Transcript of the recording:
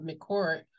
McCourt